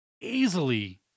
easily